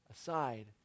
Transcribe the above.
aside